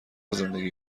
زندگی